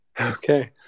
Okay